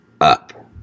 up